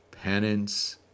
penance